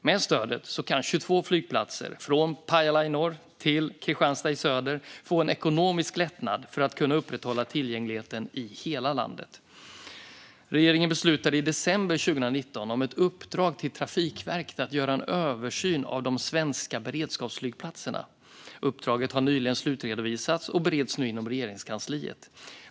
Med stödet kan 22 flygplatser, från Pajala i norr till Kristianstad i söder, få en ekonomisk lättnad för att kunna upprätthålla tillgängligheten i hela landet. Regeringen beslutade i december 2019 om ett uppdrag till Trafikverket att göra en översyn av de svenska beredskapsflygplatserna. Uppdraget har nyligen slutredovisats och bereds nu inom Regeringskansliet.